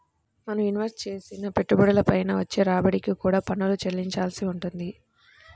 మనం ఇన్వెస్ట్ చేసిన పెట్టుబడుల పైన వచ్చే రాబడికి కూడా పన్నులు చెల్లించాల్సి వుంటది